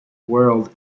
world